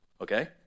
Okay